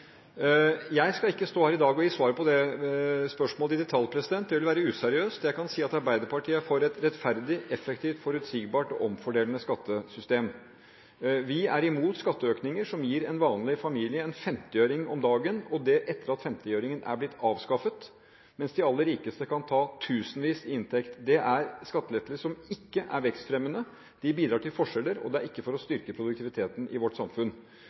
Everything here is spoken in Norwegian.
Jeg skal ikke stå her i dag og gi svar på dette spørsmålet i detalj. Det ville være useriøst. Jeg kan si at Arbeiderpartiet er for et rettferdig, effektivt, forutsigbart og omfordelende skattesystem. Vi er imot skatteøkninger som gir en vanlig familie en 50-øring om dagen – og det etter at 50-øringen er blitt avskaffet – mens de aller rikeste kan ha tusenvis i inntekt. Det er skattelettelser som ikke er vekstfremmende. De bidrar til forskjeller, det er ikke for å styrke produktiviteten i vårt samfunn.